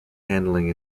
handling